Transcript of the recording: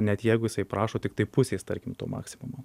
net jeigu jisai prašo tiktai pusės tarkim to maksimumo